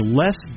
less